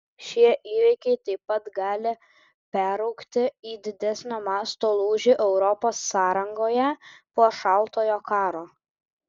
šie įvykiai taip pat gali peraugti į didesnio masto lūžį europos sąrangoje po šaltojo karo